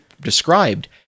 described